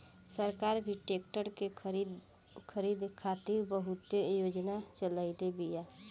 सरकार भी ट्रेक्टर के खरीद खातिर बहुते योजना चलईले बिया